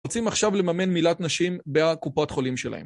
רוצים עכשיו לממן מילת נשים בקופת חולים שלהם.